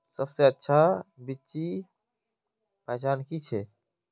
सबसे अच्छा बिच्ची पहचान की छे?